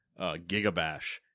Gigabash